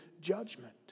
judgment